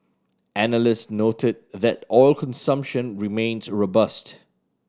analyst noted that oil consumption remains robust